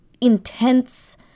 intense